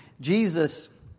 Jesus